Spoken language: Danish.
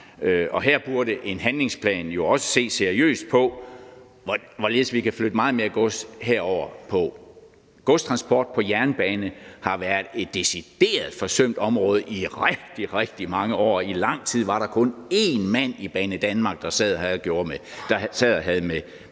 der jo i en handlingsplan også ses seriøst på, hvorledes vi kan flytte meget mere gods derover. Godstransport på jernbane har været et decideret forsømt område i rigtig, rigtig mange år. I lang tid var der kun én mand i Banedanmark, der sad og havde med